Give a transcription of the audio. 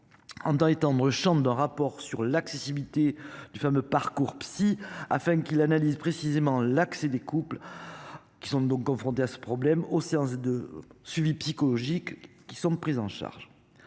Entend étendre chante d'un rapport sur l'accessibilité du fameux parcours psy afin qu'il analyse précisément l'accès des couples. Qui sont donc confrontés à ce problème aux séances de suivi psychologique qui sont pris en charge.